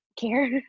care